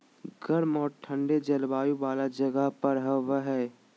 गर्म औरो ठन्डे जलवायु वाला जगह पर हबैय हइ